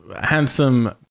handsome